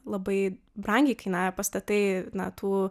labai brangiai kainavę pastatai na tų